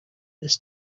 this